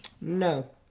No